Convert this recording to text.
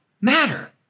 matter